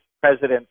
president